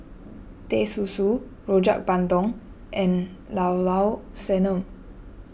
Teh Susu Rojak Bandung and Llao Llao Sanum